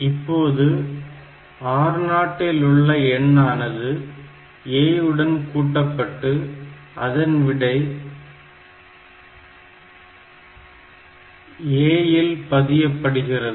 இப்போது R0 இல் உள்ள எண் ஆனது A உடன் கூட்ட பட்டு அதன் விடை A இல் பதியப்படுகிறது